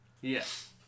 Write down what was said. Yes